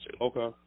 Okay